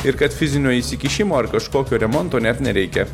ir kad fizinio įsikišimo ar kažkokio remonto net nereikia